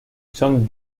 son